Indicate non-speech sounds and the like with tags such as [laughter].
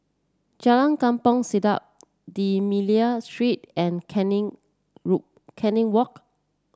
Jalan Kampong Siglap D'Almeida Street and Canning [unintelligible] Canning Walk